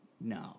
No